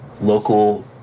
local